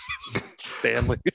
stanley